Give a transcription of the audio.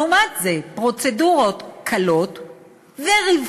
לעומת זה, פרוצדורות קלות ורווחיות,